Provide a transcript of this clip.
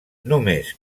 només